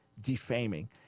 defaming